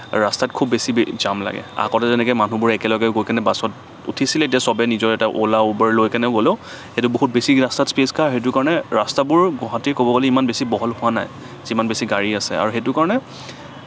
ৰাস্তাত খুব বেছি বি জাম লাগে আগতে যেনেকে মানুহবোৰে একেলগে গৈ কেনে বাছত উঠিছিলে এতিয়া সবে নিজৰ এটা অ'লা উবেৰ লৈকেনে গ'লেও সেইটো বহুত বেছি ৰাস্তাত স্পেচ খায় আৰু সেইটো কাৰণে ৰাস্তাবোৰ গুৱাহাটীৰ ক'ব গ'লে ইমান বেছি বহল হোৱা নাই যিমান বেছি গাড়ী আছে আৰু সেইটো কাৰণে